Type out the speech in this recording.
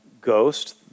ghost